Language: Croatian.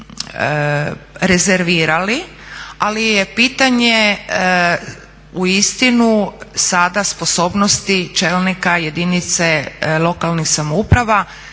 ali je pitanje uistinu sada sposobnosti čelnika jedinica lokalnih samouprava